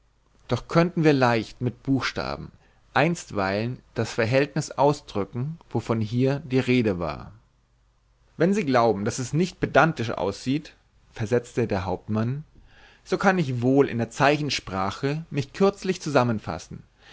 doch könnten wir leicht mit buchstaben einstweilen das verhältnis ausdrücken wovon hier die rede war wenn sie glauben daß es nicht pedantisch aussieht versetzte der hauptmann so kann ich wohl in der zeichensprache mich kürzlich zusammenfassen